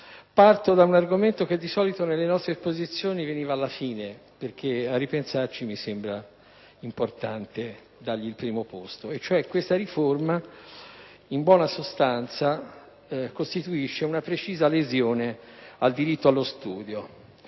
Parto da un argomento che di solito nelle nostre esposizioni arriva alla fine, perché, a ripensarci, mi sembra importante dargli il primo posto: la riforma costituisce una precisa lesione al diritto allo studio.